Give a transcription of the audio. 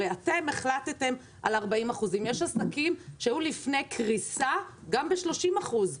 הרי אתם החלטתם על 40%. יש עסקים שהיו לפני קריסה גם ב-30%.